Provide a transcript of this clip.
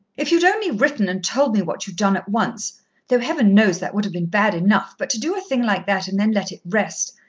if you'd only written and told me what you'd done at once though heaven knows that would have been bad enough but to do a thing like that and then let it rest!